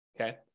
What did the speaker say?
okay